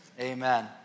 amen